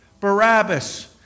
Barabbas